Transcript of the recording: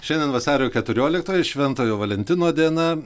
šiandien vasario keturioliktoji šventojo valentino diena